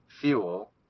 fuel